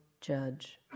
judge